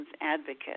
advocate